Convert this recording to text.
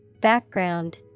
Background